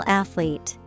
athlete